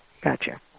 Gotcha